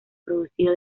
producido